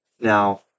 Now